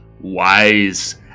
wise